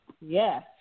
Yes